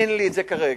אין לי את זה כרגע.